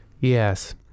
yes